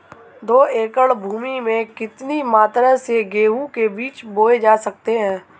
दो एकड़ भूमि में कितनी मात्रा में गेहूँ के बीज बोये जा सकते हैं?